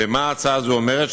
ומה ההצעה הזו אומרת?